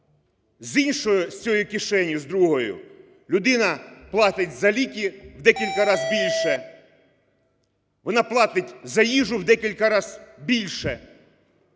з іншої, з цієї кишені, з другої людина платить за ліки в декілька раз більше, вона платить за їжу в декілька раз більше.